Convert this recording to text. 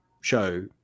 show